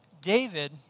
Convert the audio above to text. David